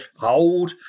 hold